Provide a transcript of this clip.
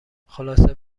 خلاصه